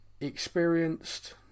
experienced